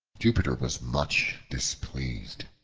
jupiter was much displeased,